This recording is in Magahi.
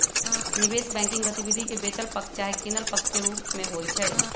निवेश बैंकिंग गतिविधि बेचल पक्ष चाहे किनल पक्ष के रूप में होइ छइ